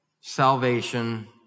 salvation